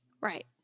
Right